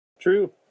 True